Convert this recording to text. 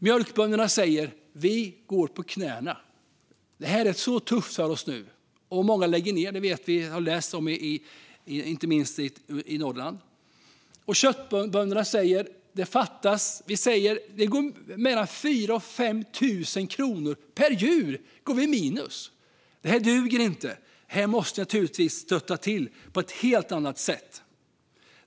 Mjölkbönderna sa: Vi går på knäna. Det är så tufft för oss nu. Att många lägger ned, inte minst i Norrland, vet vi och har läst om. Köttbönderna säger att de går 4 000-5 000 kronor minus per djur. Det duger inte. Här måste vi naturligtvis stötta på ett helt annat sätt.